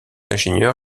ingénieur